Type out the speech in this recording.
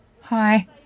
Hi